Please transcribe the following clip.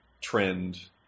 trend